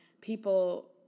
people